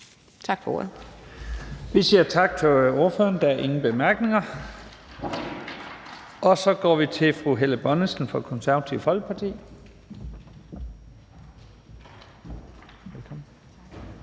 Lahn Jensen): Vi siger tak til ordføreren. Der er ingen korte bemærkninger. Så går vi til fru Helle Bonnesen fra Det Konservative Folkeparti.